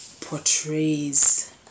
portrays